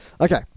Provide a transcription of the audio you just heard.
Okay